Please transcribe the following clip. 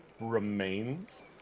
Remains